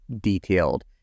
detailed